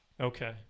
Okay